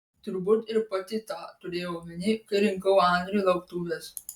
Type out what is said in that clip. turbūt ir pati tą turėjau omenyje kai rinkau andriui lauktuves